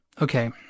okay